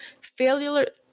failure